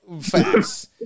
facts